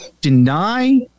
deny